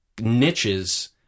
niches